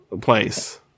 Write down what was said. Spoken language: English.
place